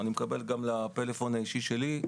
אני מקבל דיווחים גם לפלאפון האישי שלי: